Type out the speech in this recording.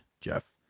Jeff